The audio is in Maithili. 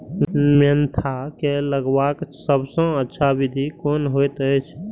मेंथा के लगवाक सबसँ अच्छा विधि कोन होयत अछि?